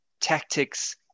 tactics